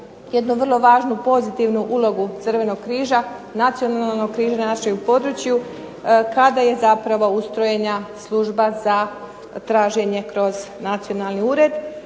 jednu vrlo važnu pozitivnu ulogu Crvenog križa, nacionalnog Crvenog križa na našem području kada je zapravo ustrojena služba za traženje kroz nacionalni ured